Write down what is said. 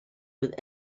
with